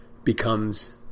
Becomes